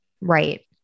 Right